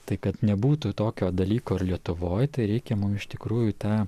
tai kad nebūtų tokio dalyko ir lietuvoj tai reikia mum iš tikrųjų tą